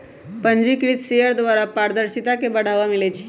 पंजीकृत शेयर द्वारा पारदर्शिता के बढ़ाबा मिलइ छै